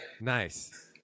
Nice